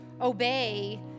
obey